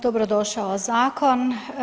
Dobrodošao zakon.